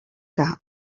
que